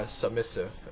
submissive